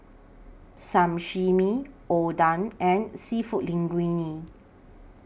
Sashimi Oden and Seafood Linguine